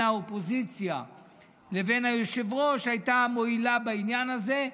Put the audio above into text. האופוזיציה לבין היושב-ראש היה מועיל בעניין הזה,